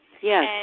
Yes